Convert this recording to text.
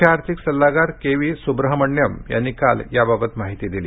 मुख्य आर्थिक सल्लागार के व्ही सुब्राम्हण्यम् यांनी काल याबाबत माहिती दिली